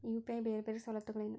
UPI ಬೇರೆ ಬೇರೆ ಸವಲತ್ತುಗಳೇನು?